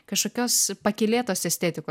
kažkokios pakylėtos estetikos